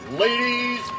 Ladies